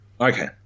Okay